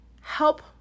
help